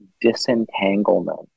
disentanglement